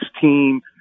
team